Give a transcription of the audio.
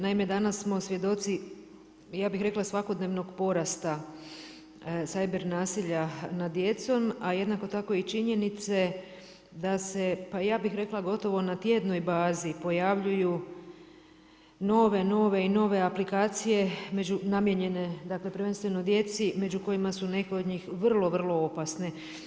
Naime, danas smo svjedoci ja bih rekla svakodnevnog porasta cyber nasilja nad djecom, a jednako tako i činjenice da se, pa ja bih rekla gotovo na tjednoj bazi pojavljuju nove, nove i nove aplikacije namijenjene dakle prvenstveno djeci među kojima su neke od njih vrlo, vrlo opasne.